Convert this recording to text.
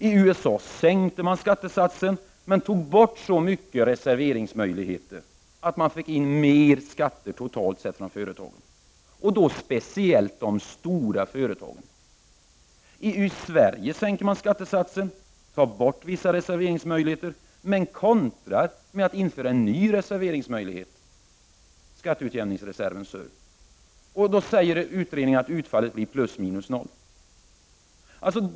I USA sänkte man skattesatsen men tog bort så mycket av reserveringsmöjligheter att man fick in mer skatter totalt sett från företagen, och då speciellt de stora företagen. I Sverige sänker man skattesatsen för företagen och tar bort vissa reserveringsmöjligheter men kontrar med att införa en ny reserveringsmöjlighet: skatteutjämningsreserven, SURV. I utredningen sägs att utfallet blir plus minus noll.